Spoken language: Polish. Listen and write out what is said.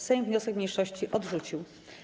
Sejm wniosek mniejszości odrzucił.